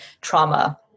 trauma